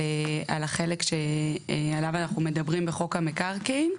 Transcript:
החלק שעליו אנחנו מדברים בחוק המקרקעין,